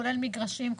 כולל מגרשים,